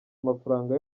amafaranga